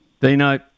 Dino